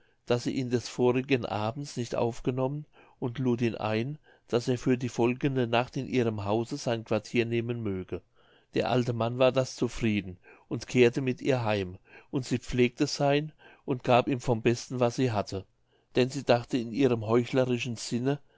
daß sie ihn des vorigen abends nicht aufgenommen und lud ihn ein daß er für die folgende nacht in ihrem hause sein quartier nehmen möge der alte mann war das zufrieden und kehrte mit ihr heim und sie pflegte sein und gab ihm vom besten was sie hatte denn sie dachte in ihrem heuchlerischen sinne